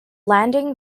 landing